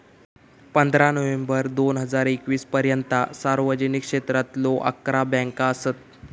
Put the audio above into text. पंधरा नोव्हेंबर दोन हजार एकवीस पर्यंता सार्वजनिक क्षेत्रातलो अकरा बँका असत